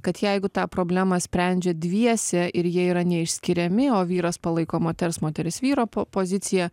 kad jeigu tą problemą sprendžia dviese ir jie yra neišskiriami o vyras palaiko moters moteris vyro po poziciją